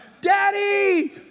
Daddy